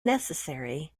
necessary